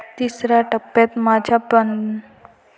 तिसर्या टप्प्यात माझ्या प्रमाणपत्र पर्यायावर क्लिक करा